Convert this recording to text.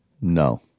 No